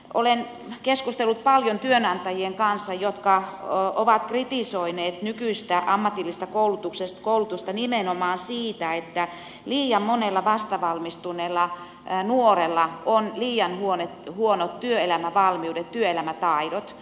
olen keskustellut paljon työnantajien kanssa jotka ovat kritisoineet nykyistä ammatillista koulutusta nimenomaan siitä että liian monella vastavalmistuneella nuorella on liian huonot työelämävalmiudet työelämätaidot